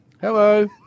Hello